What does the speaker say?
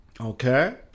Okay